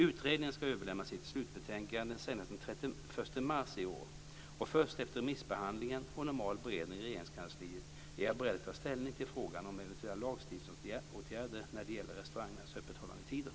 Utredningen ska överlämna sitt slutbetänkande senast den 31 mars 2000 och först efter remissbehandling och normal beredning i Regeringskansliet är jag beredd att ta ställning till frågan om eventuella lagstiftningsåtgärder när det gäller restaurangernas öppethållandetider.